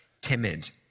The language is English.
timid